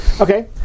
Okay